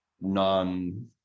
non